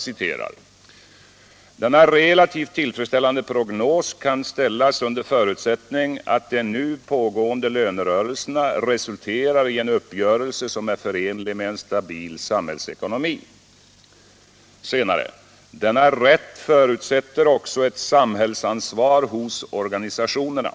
Där hette det: ”Denna relativt tillfredsställande prognos kan ställas under förutsättning att de nu pågående lönerörelserna resulterar i en uppgörelse som är förenlig med en stabil samhällsekonomi. —--- Denna rätt förutsätter också ett samhällsansvar mot organisationerna.